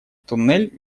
туннель